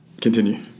continue